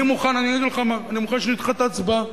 אני אגיד לך מה, אני מוכן שנדחה את ההצבעה.